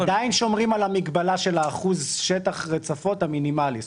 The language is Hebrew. עדיין שומרים על המגבלה של האחוז שטח רצפות המינימאלי,